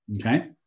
Okay